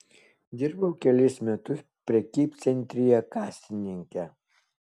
dirbau kelis metus prekybcentryje kasininke